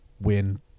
win